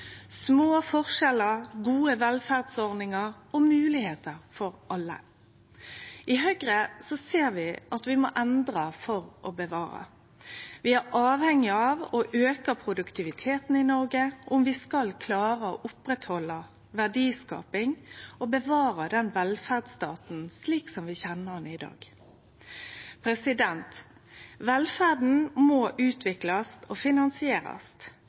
små forskjellar, gode velferdsordningar og moglegheiter for alle. I Høgre ser vi at vi må endre for å bevare. Vi er avhengige av å auke produktiviteten i Noreg om vi skal klare å oppretthalde verdiskaping og bevare den velferdsstaten slik vi kjenner han i dag. Velferda må utviklast og finansierast.